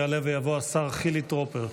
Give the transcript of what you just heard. יעלה ויבוא השר חילי טרופר.